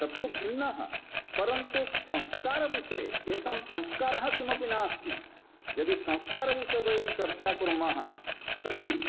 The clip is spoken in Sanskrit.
तत्तु भिन्नः परन्तु संस्कारविषये तेषां संस्कारः किमपि नास्ति यदि संस्कारविषये वयं चर्चां कुर्मः तर्हि